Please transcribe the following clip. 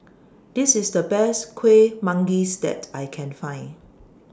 This IS The Best Kuih Manggis that I Can Find